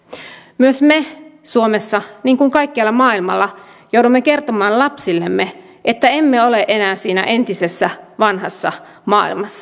myös me suomessa niin kuin ihmiset kaikkialla maailmalla joudumme kertomaan lapsillemme että emme ole enää siinä entisessä vanhassa maailmassa